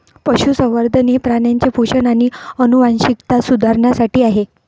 पशुसंवर्धन हे प्राण्यांचे पोषण आणि आनुवंशिकता सुधारण्यासाठी आहे